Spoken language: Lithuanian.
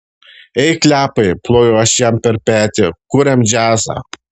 ei klepai plojau aš jam per petį kuriam džiazą